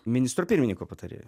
ministro pirmininko patarėju